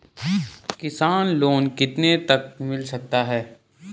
किसान लोंन कितने तक मिल सकता है?